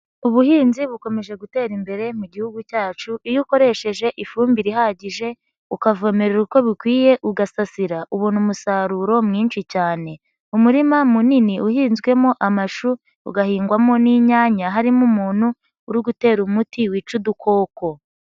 Ubuhinzi bukomeje gutera imbere mu gihugu cyacu iyo ukoresheje ifumbire ihagije, ukavomere uko bikwiye, ugasasira ubona umusaruro mwinshi cyane. Umurima munini uhinzwemo amashu ugahingwamo n'inyanya harimo umuntu uri gutera umuti wica udukoko.